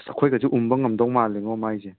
ꯑꯁ ꯑꯩꯈꯣꯏꯒꯁꯦ ꯎꯝꯕ ꯉꯝꯗꯧ ꯃꯥꯂꯦꯉꯣ ꯃꯥꯏꯁꯦ